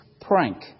prank